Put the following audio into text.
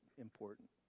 important